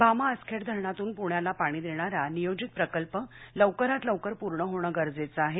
भामा आसखेड धरणातून पूण्याला पाणी देणारा नियोजित प्रकल्प लवकरात लवकर पूर्ण होण गरजेचं आहे